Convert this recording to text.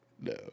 No